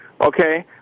okay